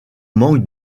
manque